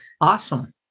awesome